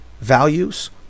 values